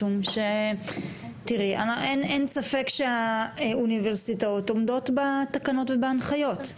משום שתראי אין ספק שהאוניברסיטאות עומדות בתקנות ובהנחיות.